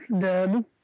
dead